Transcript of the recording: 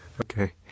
Okay